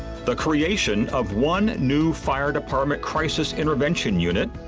the creation of one new fire department crisis intervention unit,